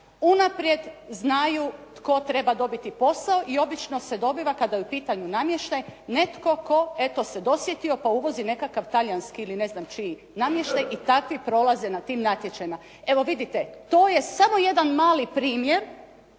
unaprijed znaju tko treba dobiti posao i obično se dobiva kada je u pitanju namješta netko tko, eto se dosjetio pa uvozi nekakav talijanski ili ne znam čiji namještaj i takvi prolaze na tim natječajima. Evo vidite, to je samo jedan mali primjer